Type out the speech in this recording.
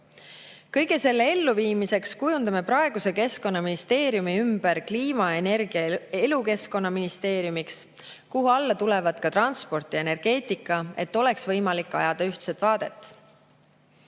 Kõige selle elluviimiseks kujundame praeguse Keskkonnaministeeriumi ümber kliima‑, energia‑ ja elukeskkonnaministeeriumiks, mille alla hakkavad kuuluma ka transport ja energeetika, et oleks võimalik ajada ühtset vaadet.